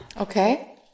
Okay